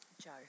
Joe